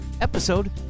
episode